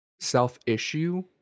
self-issue